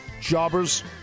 Jobbers